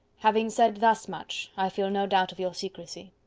having said thus much, i feel no doubt of your secrecy.